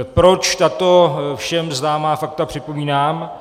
Proč tato všem známá fakta připomínám?